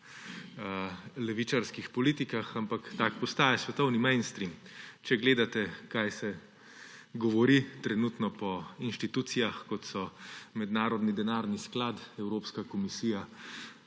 levičarskih politikah, ampak tak postaja svetovni mainstream, če gledate, kaj se govori trenutno po inštitucijah, kot so Mednarodni denarni sklad, Evropska komisija,